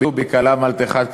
בקהלם אל תחד כבדי,